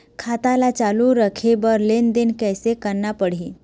खाता ला चालू रखे बर लेनदेन कैसे रखना पड़ही?